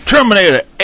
Terminator